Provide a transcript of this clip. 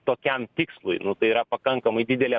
tokiam tikslui nu tai yra pakankamai didelė